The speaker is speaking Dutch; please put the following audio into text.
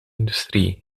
industrie